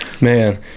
man